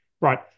Right